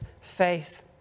faith